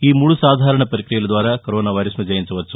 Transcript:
ఈ మూడు సాధారణ పక్రియల ద్వారా కరోనా వైరస్ను జయించవచ్చు